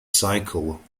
cycle